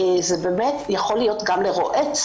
זה יכול להיות גם לרועץ.